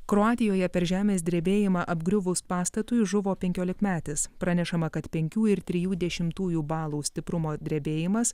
kroatijoje per žemės drebėjimą apgriuvus pastatui žuvo penkiolikmetis pranešama kad penkių ir trijų dešimtųjų balų stiprumo drebėjimas